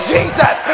Jesus